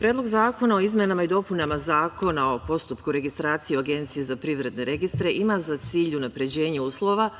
Predlog zakona o izmenama i dopunama Zakona o postupku registracije u Agenciji za privredne registre ima za cilj unapređenje uslova